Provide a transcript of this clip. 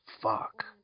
Fuck